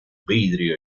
vidrio